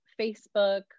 Facebook